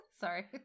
sorry